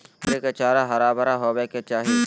बकरी के चारा हरा भरा होबय के चाही